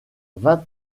vingt